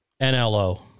NLO